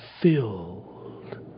filled